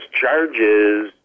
charges